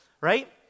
right